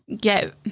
get